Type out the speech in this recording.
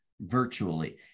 virtually